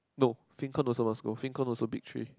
no fin con also must go fin con also big three